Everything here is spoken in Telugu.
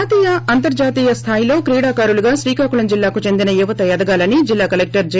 జాతీయ అంతర్హాతీయ స్లాయిలో క్రీడాకారులుగా శ్రీకాకుళం జిల్లాకు చెందిన యువత ఎదగాలని జిల్లా ్కలెక్షర్ జే